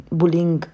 bullying